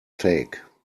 take